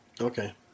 Okay